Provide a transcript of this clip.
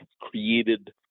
created